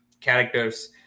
characters